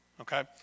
okay